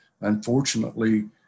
Unfortunately